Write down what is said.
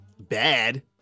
bad